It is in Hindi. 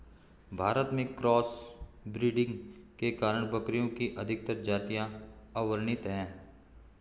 भारत में क्रॉस ब्रीडिंग के कारण बकरियों की अधिकतर जातियां अवर्णित है